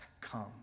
come